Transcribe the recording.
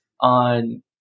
on